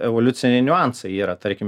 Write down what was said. evoliuciniai niuansai yra tarkim